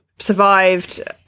survived